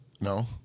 No